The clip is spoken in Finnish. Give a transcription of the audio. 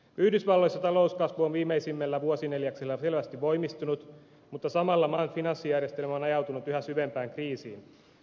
yhdysvalloissa talouskasvu on viimeisimmällä vuosineljänneksellä selvästi voimistunut mutta samalla maan finanssijärjestelmä on ajautunut yhä syvempään kriisiin